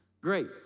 great